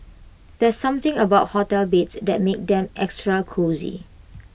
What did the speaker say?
there's something about hotel beds that makes them extra cosy